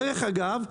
דרך אגב,